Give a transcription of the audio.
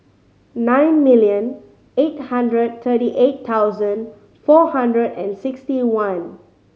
nine million eight hundred thirty eight thousand four hundred and sixty one